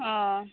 ᱚᱸ